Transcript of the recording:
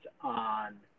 on